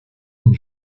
une